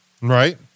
Right